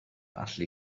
allu